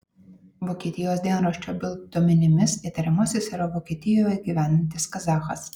vokietijos dienraščio bild duomenimis įtariamasis yra vokietijoje gyvenantis kazachas